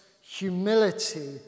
humility